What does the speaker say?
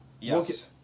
Yes